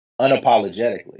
unapologetically